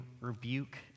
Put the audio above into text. rebuke